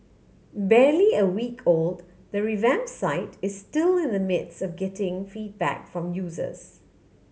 barely a week old the revamp site is still in the midst of getting feedback from users